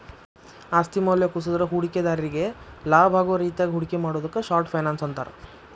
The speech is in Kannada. ಆಸ್ತಿ ಮೌಲ್ಯ ಕುಸದ್ರ ಹೂಡಿಕೆದಾರ್ರಿಗಿ ಲಾಭಾಗೋ ರೇತ್ಯಾಗ ಹೂಡಿಕೆ ಮಾಡುದಕ್ಕ ಶಾರ್ಟ್ ಫೈನಾನ್ಸ್ ಅಂತಾರ